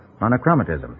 monochromatism